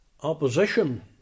opposition